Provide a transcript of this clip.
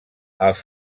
els